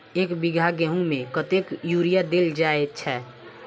एक बीघा गेंहूँ मे कतेक यूरिया देल जाय छै?